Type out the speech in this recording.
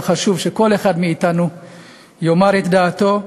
וחשוב שכל אחד מאתנו יאמר את דעתו,